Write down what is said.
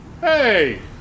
Hey